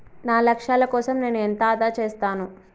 నా లక్ష్యాల కోసం నేను ఎంత ఆదా చేస్తాను?